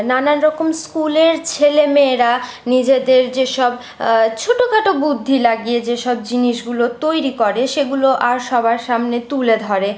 নানান রকম স্কুলের ছেলে মেয়েরা নিজেদের যেসব ছোটখাটো বুদ্ধি লাগিয়ে যেসব জিনিসগুলো তৈরি করে সেগুলো আর সবার সামনে তুলে ধরে